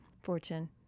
fortune